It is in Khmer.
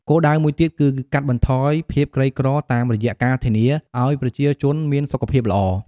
គោលដៅមួយទៀតគឺកាត់បន្ថយភាពក្រីក្រតាមរយៈការធានាឱ្យប្រជាជនមានសុខភាពល្អ។